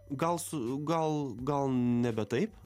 gal su gal gal nebe taip